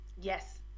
Yes